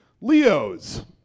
Leos